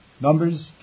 Numbers